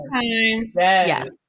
Yes